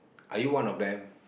are you one of them